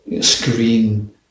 screen